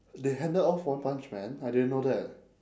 they handed off one punch man I didn't know that